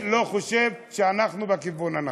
אני לא חושב שאנחנו בכיוון הנכון.